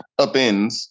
upends